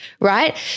right